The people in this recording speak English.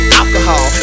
alcohol